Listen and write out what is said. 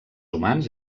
humans